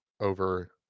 over